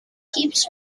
keeps